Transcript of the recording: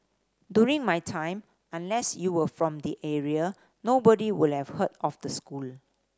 during my time unless you were from the area nobody would have heard of the school